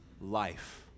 life